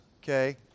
okay